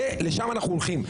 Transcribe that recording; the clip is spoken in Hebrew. לשם אנחנו הולכים.